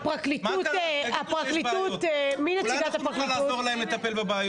--- אולי אנחנו נוכל לעזור להם לטפל בבעיות?